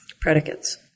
predicates